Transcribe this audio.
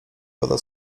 woda